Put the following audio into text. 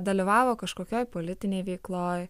dalyvavo kažkokioj politinėj veikloj